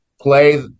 play